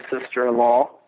sister-in-law